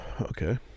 Okay